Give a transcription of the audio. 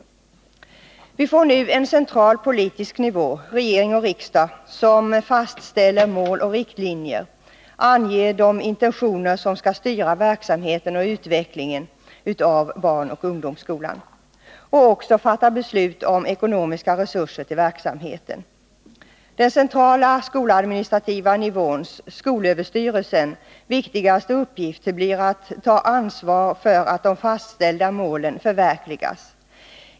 Det blir nu en central politisk nivå — regering och riksdag — som fastställer mål och riktlinjer, anger de intentioner som skall styra verksamheten och utvecklingen av barnoch ungdomsskolan och även fattar beslut om ekonomiska resurser till verksamheten. De viktigaste uppgifterna för den centrala skoladministrativa nivån — skolöverstyrelsen — blir att ta ansvar för att de fastställda målen förverkligas.